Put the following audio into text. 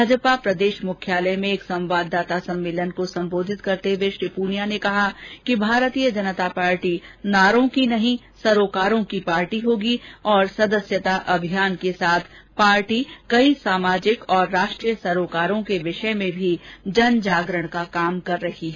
भाजपा प्रदेश मुख्यालय में एक संवाददाता सम्मेलन को संबोधित करते हुए श्री पूनिया ने कहा कि भारतीय जनता पार्टी नारों की नहीं सरोकारों की पार्टी होगी और सदस्यता अभियान के साथ पार्टी कई सामाजिक और राष्ट्रीय सरोकारों के विषय में भी जनजागरण का काम कर रही है